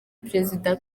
perezida